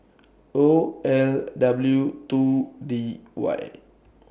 O L W two D Y